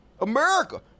America